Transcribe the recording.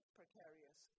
precarious